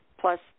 plus